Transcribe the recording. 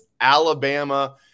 Alabama